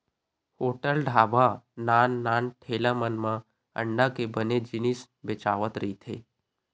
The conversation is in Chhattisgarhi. होटल, ढ़ाबा, नान नान ठेला मन म अंडा के बने जिनिस बेचावत रहिथे